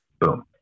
Boom